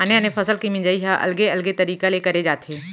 आने आने फसल के मिंजई ह अलगे अलगे तरिका ले करे जाथे